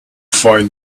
find